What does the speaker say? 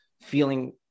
feeling